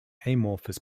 amorphous